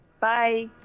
Bye